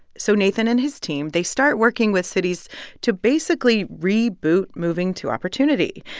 so nathan and his team, they start working with cities to basically reboot moving to opportunity.